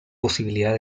posibilidad